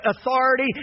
authority